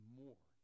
more